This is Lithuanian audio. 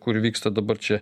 kur vyksta dabar čia